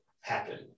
happen